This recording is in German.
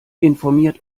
informiert